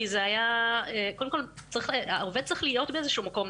כי זה היה שקודם כל העובד צריך להיות באיזה שהוא מקום.